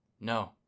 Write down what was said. No